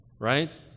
right